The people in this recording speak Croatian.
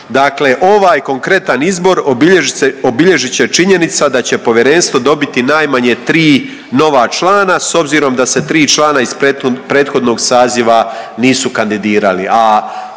Dakle, ovaj konkretan izbor obilježit će činjenica da će povjerenstvo dobiti najmanje tri nova člana s obzirom da se tri člana iz prethodnog saziva nisu kandidirali,